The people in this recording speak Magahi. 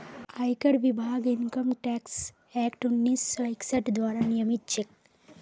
आयकर विभाग इनकम टैक्स एक्ट उन्नीस सौ इकसठ द्वारा नियमित छेक